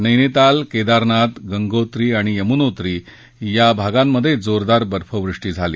नैनिताल केदारनाथ गंगोत्री आणि यमुनोत्री या भागांमध्ये जोरदार बर्फवृष्टी झाली